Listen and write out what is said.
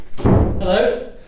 Hello